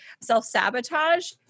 self-sabotage